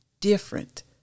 different